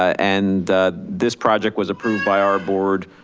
and this project was approved by our board